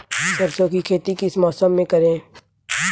सरसों की खेती किस मौसम में करें?